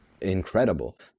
incredible